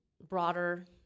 broader